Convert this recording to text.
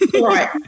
right